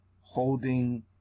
holding